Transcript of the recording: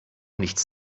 nichts